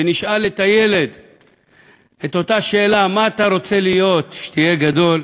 שכשנשאל את הילד את אותה שאלה: מה אתה רוצה להיות כשתהיה גדול?